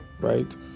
right